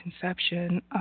conception